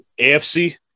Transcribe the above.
AFC